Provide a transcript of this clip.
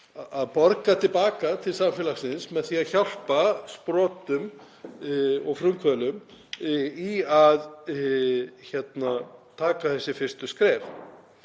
að borga til baka til samfélagsins með því að hjálpa sprotum og frumkvöðlum að taka þessi fyrstu skref.